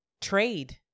trade